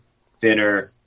thinner